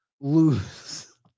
lose